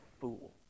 fool